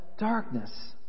darkness